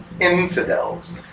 infidels